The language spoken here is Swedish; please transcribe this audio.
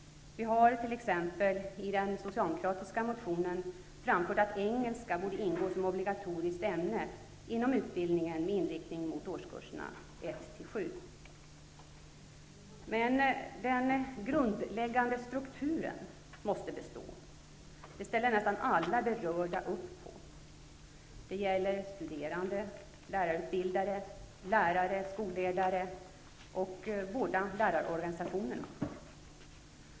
Vi har t.ex. i den socialdemokratiska motionen framfört att engelska borde ingå som obligatoriskt ämne inom utbildningen med inriktning mot årskurserna 1--7. Men den grundläggande strukturen måste bestå. Det ställer nästa alla berörda upp på. Det gäller studerande, lärarutbildare, lärare, skolledare och de båda lärarorganisationerna.